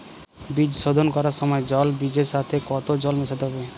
বীজ শোধন করার সময় জল বীজের সাথে কতো জল মেশাতে হবে?